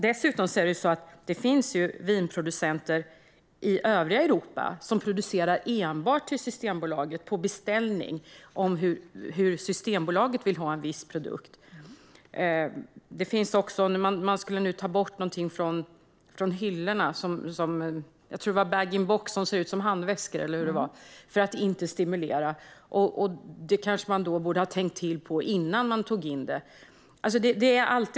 Dessutom finns det vinproducenter i övriga Europa som producerar enbart för Systembolaget, på beställning efter hur Systembolaget vill ha en viss produkt. Man skulle nu ta bort någonting från hyllorna, jag tror att det var bag-in-box som ser ut som handväskor, för att inte stimulera konsumtion. Det kanske man borde ha tänkt till om innan man tog in det.